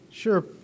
Sure